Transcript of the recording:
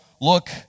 look